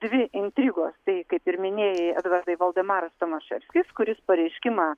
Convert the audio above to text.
dvi intrigos tai kaip ir minėjai edvardai valdemaras tomaševskis kuris pareiškimą